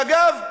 ואגב,